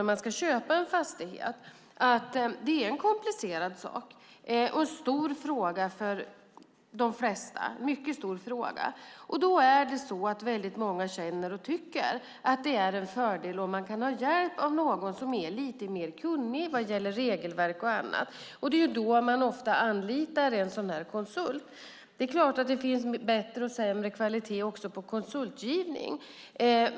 Att köpa en fastighet är en komplicerad sak och en mycket stor fråga för de flesta. Då tycker väldigt många att det är en fördel om man kan ha hjälp av någon som är lite mer kunnig vad gäller regelverk och annat, och då anlitar man ofta en konsult. Det är klart att det finns bättre och sämre kvalitet också i konsultgivning.